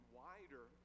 wider